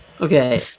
Okay